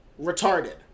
retarded